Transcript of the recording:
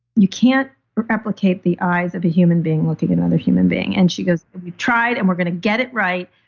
you can't replicate the eyes of a human being looking at another human being. and she goes, we tried and we're going to get it right,